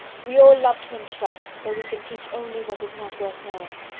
we all love to instruct, though we can teach only what is not worth knowing.